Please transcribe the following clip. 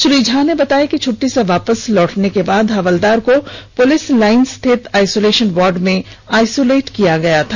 श्री झा ने बताया कि छुट्टी से वापस लौटने के बाद हवलदार को पुलिस लाइन स्थित आइसोलेशन वार्ड में आइसोलेट किया गया था